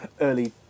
early